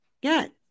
get